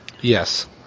Yes